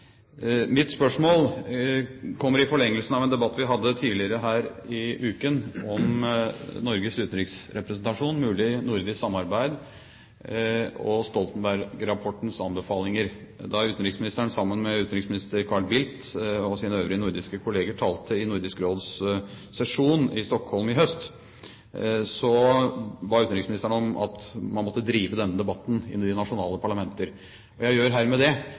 Mitt spørsmål kommer i forlengelsen av en debatt vi hadde tidligere her i uken om Norges utenriksrepresentasjon, mulig nordisk samarbeid og Stoltenberg-rapportens anbefalinger. Da utenriksministeren sammen med utenriksminister Carl Bildt og sine øvrige nordiske kolleger talte i Nordisk Råds sesjon i Stockholm i høst, ba utenriksministeren om at man måtte drive denne debatten inn i de nasjonale parlamenter. Jeg gjør hermed det.